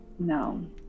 No